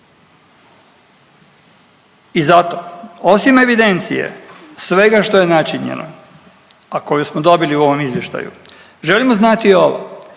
I zato osim evidencije svega što je načinjeno, a koju smo dobili u ovom izvještaju želimo znati i ovo,